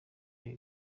ibi